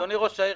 אדוני ראש העיר,